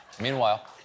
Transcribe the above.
Meanwhile